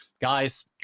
guys